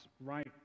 right